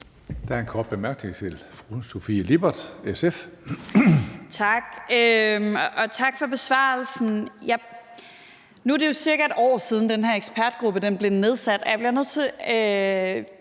Der er en kort bemærkning til fru Sofie Lippert, SF. Kl. 16:59 Sofie Lippert (SF): Tak, og tak for besvarelsen. Nu er det sikkert år siden, at den her ekspertgruppe blev nedsat.